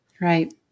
Right